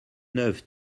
neuve